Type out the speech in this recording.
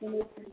ठीक है